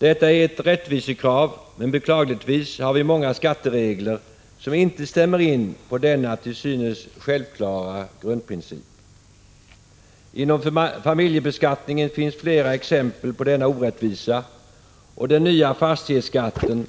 Detta är ett rättvisekrav, men beklagligtvis har vi många skatteregler som inte stämmer in på denna till synes självklara grundprincip. Inom familjebeskattningen finns flera exempel på denna orättvisa, och den nya fastighetsskatten